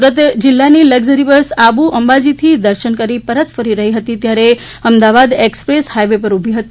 સુરત જિલ્લાની luxury bus Abu અંબાજીથી દર્શન કરી પરત ફરી રહી હતી અને અમદાવાદ એક્સપ્રેસ હાઈવે ઉપર ઊભી હતી